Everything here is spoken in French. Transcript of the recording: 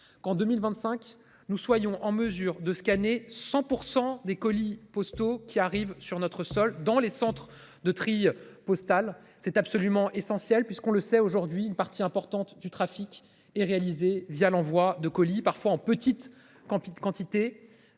qu'en 2025, nous soyons en mesure de scanner 100 pour des colis postaux qui arrivent sur notre sol dans les centres de tri postal, c'est absolument essentiel puisqu'on le sait aujourd'hui, une partie importante du trafic et réalisé via l'envoi de colis, parfois en petite qu'en